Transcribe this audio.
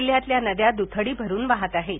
जिल्ह्यातील नद्या दुथडी भरून वाहत आहेत